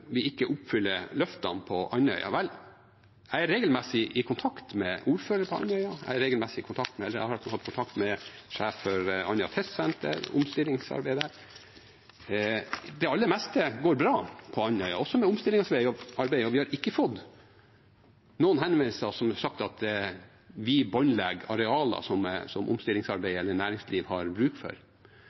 vi ikke oppfyller løftene på Andøya. Vel, jeg er regelmessig i kontakt med ordføreren i Andøy. Jeg har hatt kontakt med sjef for Andøya Test Center om omstillingsarbeidet der. Det aller meste går bra på Andøya, også med omstillingsarbeidet. Vi har ikke fått noen henvendelser der det er sagt at vi båndlegger arealer som det er bruk for i omstillingsarbeidet, eller som næringslivet har bruk for.